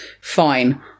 fine